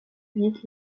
vite